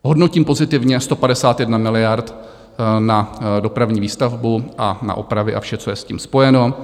Hodnotím pozitivně 151 miliard na dopravní výstavbu a na opravy a vše, co je s tím spojeno.